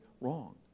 wrong